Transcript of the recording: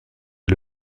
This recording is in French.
est